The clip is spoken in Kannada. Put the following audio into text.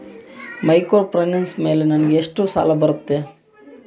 ಮೈಕ್ರೋಫೈನಾನ್ಸ್ ಮೇಲೆ ನನಗೆ ಎಷ್ಟು ಸಾಲ ಬರುತ್ತೆ?